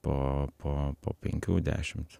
po po penkių dešimt